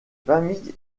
familles